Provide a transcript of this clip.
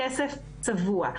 מבחן תמיכה זה סוג של כסף צבוע.